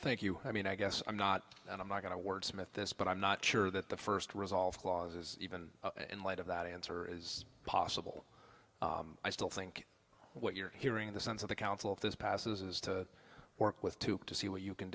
thank you i mean i guess i'm not and i'm not going to wordsmith this but i'm not sure that the first resolve clause is even in light of that answer is possible i still think what you're hearing in the sense of the council if this passes is to work with two to see what you can